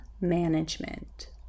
management